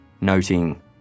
noting